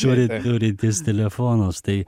turi turintys telefonus tai